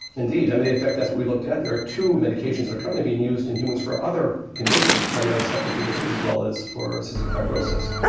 indeed, and in fact that's what we looked at. there are two medications that are currently being used in humans for other conditions, primarily septic conditions as well as for cystic fibrosis.